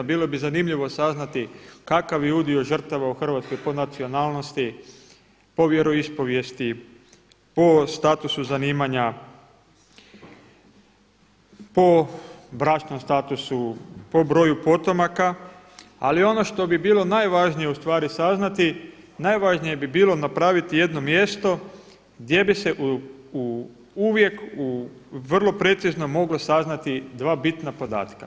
Bilo bi zanimljivo saznati kakav je udio žrtava u Hrvatskoj po nacionalnosti, po vjeroispovijesti, po statusu zanimanja, po bračnom statusu, po broju potomaka, ali ono što bilo najvažnije ustvari saznati, najvažnije bi bilo napraviti jedno mjesto gdje bi se uvijek vrlo precizno moglo saznati dva bitna podatka.